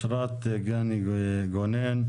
אתה בעצמך גר קרוב לתחנת